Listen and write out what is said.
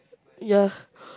ya